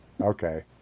okay